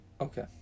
Okay